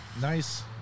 nice